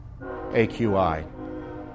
AQI